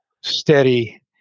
steady